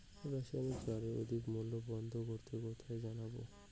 রাসায়নিক সারের অধিক মূল্য বন্ধ করতে কোথায় জানাবো?